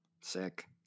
Sick